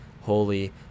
holy